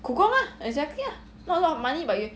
苦功 lah exactly ah not a lot of money but you